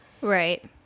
Right